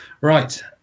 Right